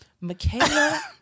Michaela